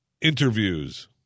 interviews